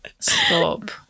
Stop